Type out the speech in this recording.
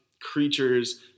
creatures